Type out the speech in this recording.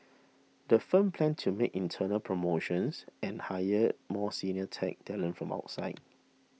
the firm plans to make internal promotions and hire more senior tech talent from outside